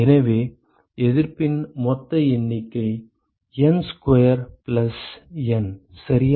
எனவே எதிர்ப்பின் மொத்த எண்ணிக்கை N ஸ்கொயர் பிளஸ் N சரியா